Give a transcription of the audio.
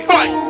Fight